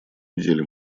неделе